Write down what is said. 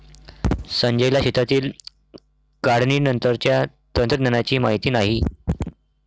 संजयला शेतातील काढणीनंतरच्या तंत्रज्ञानाची माहिती नाही